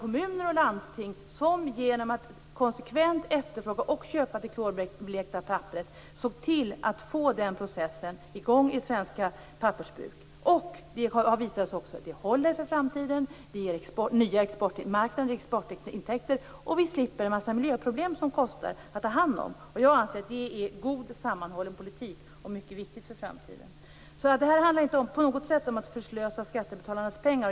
Kommuner och landsting såg genom att konsekvent efterfråga och köpa klorblekt papper till att den processen kom i gång vid svenska pappersbruk. Det har också visat sig att det håller för framtiden. Det ger också nya exportintäkter. Vidare slipper vi en massa miljöproblem som det kostar att ta hand om. Jag anser att detta är en god sammanhållen politik och något som är mycket viktigt för framtiden. Det handlar alltså inte på något sätt om att förslösa skattebetalarnas pengar.